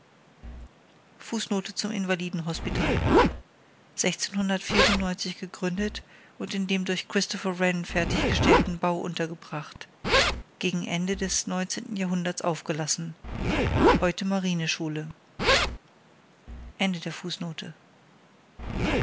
invalidenhospital gegründet und in dem durch christopher wren fertiggestellten bau untergebracht gegen ende des neunzehnten jahrhunderts aufgelassen